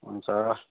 हुन्छ